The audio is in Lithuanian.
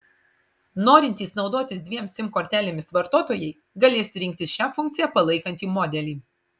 norintys naudotis dviem sim kortelėmis vartotojai galės rinktis šią funkciją palaikantį modelį